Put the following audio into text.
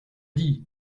dis